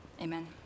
amen